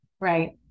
Right